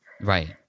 Right